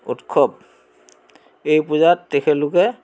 উৎসৱ এই পূজাত তেখেতলোকে